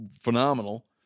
phenomenal